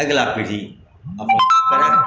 अगिला पीढ़ी अपन करए